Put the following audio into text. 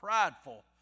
prideful